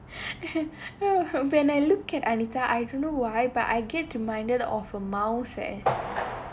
oh when I look at anitaI don't know why but I get reminded of a mouse eh